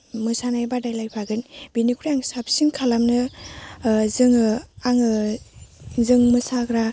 मोसानाय बादायलायफागोन बेनिफ्राय आं साबसिन खालामनो जोङो आङो जों मोसाग्रा